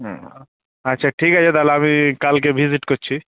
হুম আচ্ছা ঠিক আছে তাহলে আমি কালকে ভিজিট করছি